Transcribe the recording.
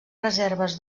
reserves